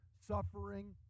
suffering